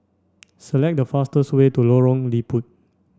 select the fastest way to Lorong Liput